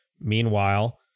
Meanwhile